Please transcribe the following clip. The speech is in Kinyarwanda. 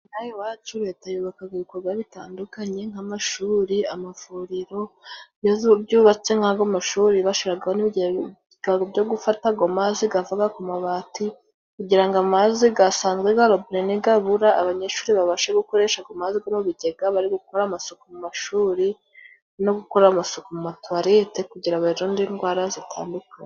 Inaha iwacu Leta yubaka ibikorwa bitandukanye nk'amashuri, amavuriro, iyo yubatse nk'ayo mashuri bashiraho ibigega byo gufata amazi ava ku mabati kugira amazi asanzwe ya robine nabura abanyeshuri babashe gukoresha ayo mu bigega bari gukora amasuku mu mashuri no gukora amasuku mu matuwarete kugira birinde indwara zitandukanye.